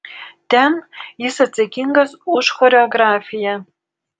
ten jis atsakingas už choreografiją